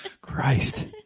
Christ